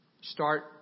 Start